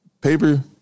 paper